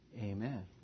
amen